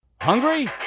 Hungry